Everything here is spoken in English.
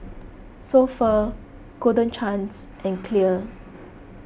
So Pho Golden Chance and Clear